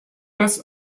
dass